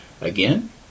Again